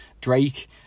Drake